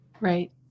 Right